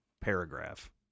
paragraph